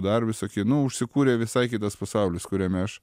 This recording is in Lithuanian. dar visokie nu užsikūrė visai kitas pasaulis kuriame aš